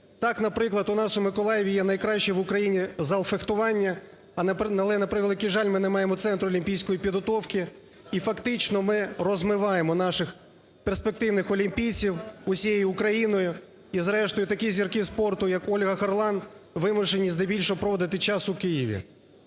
Так, наприклад, у нас у Миколаєві є найкращий в Україні зал фехтування, але, на превеликий жаль, ми не маємо центру олімпійської підготовки, і фактично ми "розмиваємо" наших перспективних олімпійців усією Україною, і зрештою такі зірки спорту як Ольга Харлан вимушені здебільшого проводити час у Києві.